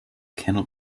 cannot